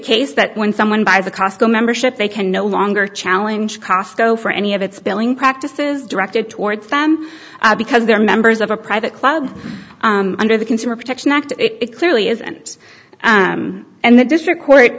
case that when someone buys a costco membership they can no longer challenge cosco for any of its billing practices directed towards them because they are members of a private club under the consumer protection act it clearly isn't and the district court